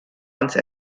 once